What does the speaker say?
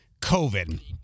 COVID